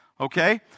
okay